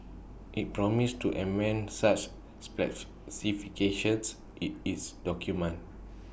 IT promised to amend such in its documents